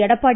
Edappadi